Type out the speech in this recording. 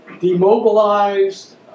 demobilized